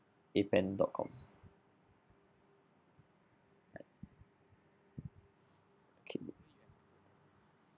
appen dot com okay